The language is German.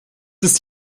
ist